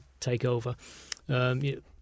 takeover